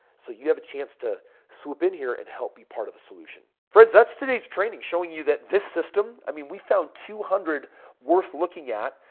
so, you have a chance to swoop in here and help be part of a solution. friends, that's today's training. showing you that this system. i mean, we found two hundred worth looking at.